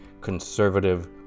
conservative